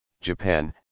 Japan